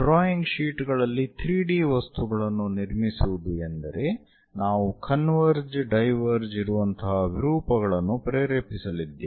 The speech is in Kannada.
ಡ್ರಾಯಿಂಗ್ ಶೀಟ್ ಗಳಲ್ಲಿ 3D ವಸ್ತುಗಳನ್ನು ನಿರ್ಮಿಸುವುದು ಎಂದರೆ ನಾವು ಕನ್ವರ್ಜ್ ಡೈವರ್ಜ್ ಇರುವಂತಹ ವಿರೂಪಗಳನ್ನು ಪ್ರೇರೇಪಿಸಲಿದ್ದೇವೆ